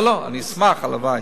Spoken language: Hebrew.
אני אשמח, הלוואי.